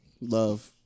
Love